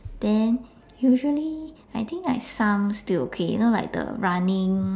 then usually I think like some still okay you know like the running